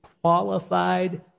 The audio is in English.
qualified